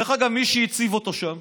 דרך אגב, מי שהציב אותו שם